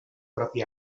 propi